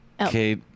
Okay